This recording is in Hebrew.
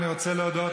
אני רוצה להודות,